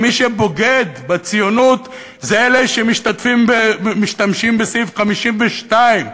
מי שבוגד בציונות זה אלה שמשתמשים בסעיף 52,